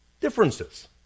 differences